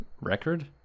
record